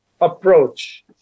approach